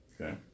Okay